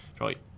right